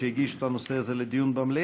הם הגישו את הנושא הזה לדיון במליאה,